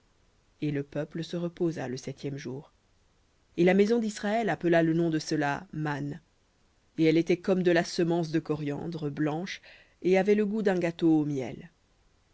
et le peuple se reposa le septième jour et la maison d'israël appela le nom de cela manne et elle était comme de la semence de coriandre blanche et avait le goût d'un gâteau au miel